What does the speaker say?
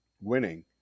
winning